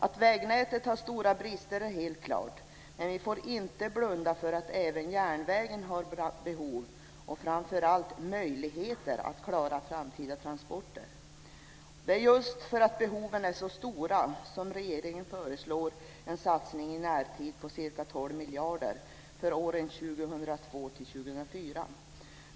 Att vägnätet har stora brister är helt klart, men vi får inte blunda för att även järnvägen har behov och framför allt möjligheter att klara framtida transporter. Det är just för att behoven är så stora som regeringen föreslår en satsning i närtid på ca 12 miljarder för åren 2002-2004.